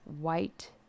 White